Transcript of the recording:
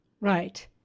Right